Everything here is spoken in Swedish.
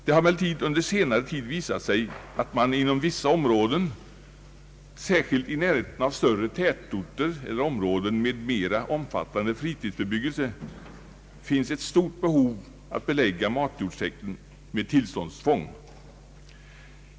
Det har emellertid under senare tid visat sig att det inom vissa områden, särskilt i närheten av större tätorter eller områden med mera omfattande fritidsbebyggelse, finns ett stort behov att belägga matjordstäkten med tillståndstvång.